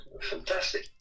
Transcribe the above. Fantastic